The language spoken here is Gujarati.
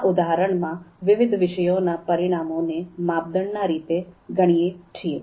આ ઉદાહરણમાં વિવિધ વિષયોના પરિણામોને માપદંડના રીતે ગણીએ છીએ